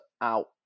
out